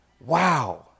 Wow